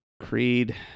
Creed